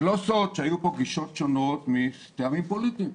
זה לא סוד שהיו כאן גישות שונות מטעמים פוליטיים.